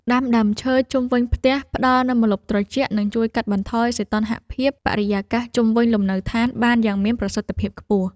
ដាំដើមឈើជុំវិញផ្ទះផ្តល់នូវម្លប់ត្រជាក់និងជួយកាត់បន្ថយសីតុណ្ហភាពបរិយាកាសជុំវិញលំនៅឋានបានយ៉ាងមានប្រសិទ្ធភាពខ្ពស់។